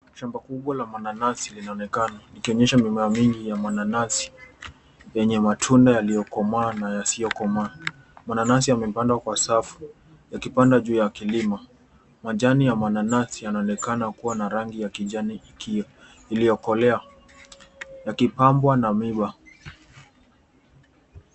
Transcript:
Shamba kubwa la mananasi linaonekana, likionyesha mimea mingi ya mananasi yenye matunda yaliyokomaa na yasiyokomaa. Mananasi yamepandwa kwa safu, yakipandwa juu ya kilima. Majani ya mananasi yanaonekana kuwa na rangi ya kijani kio iliyokolea, yakipambwa na miba.